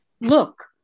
look